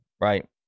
right